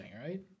Right